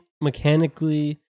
mechanically